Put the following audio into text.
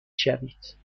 شوید